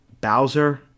Bowser